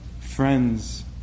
friends